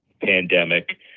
pandemic